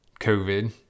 covid